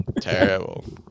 Terrible